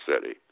City